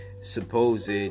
supposed